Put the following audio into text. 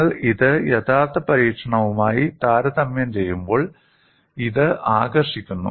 നിങ്ങൾ ഇത് യഥാർത്ഥ പരീക്ഷണവുമായി താരതമ്യം ചെയ്യുമ്പോൾ ഇത് ആകർഷിക്കുന്നു